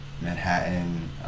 Manhattan